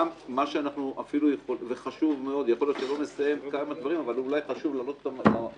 יכול להיות שלא נסיים כמה דברים אבל אולי חשוב להעלות למודעות